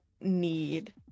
need